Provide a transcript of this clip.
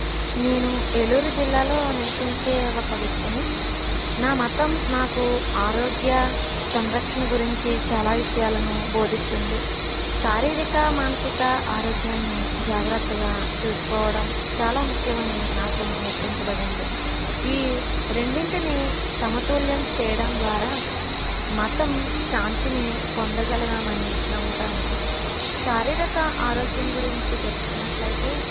నేను ఏలూరు జిల్లాలో నివసించే ఒక వ్యక్తిని నా మతం నాకు ఆరోగ్య సంరక్షణ గురించి చాలా విషయాలను బోధిస్తుంది శారీరక మానసిక ఆరోగ్యాన్ని జాగ్రత్తగా చూసుకోవడం చాలా ముఖ్యమని నాకు నేర్పించబడింది ఈ రెండింటినీ సమతుల్యం చేయడం ద్వారా మతం శాంతిని పొందగలమని నమ్ముతాను శారీరక ఆరోగ్యం గురించి తెలుసుకున్నట్లయితే